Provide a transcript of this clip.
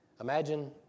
Imagine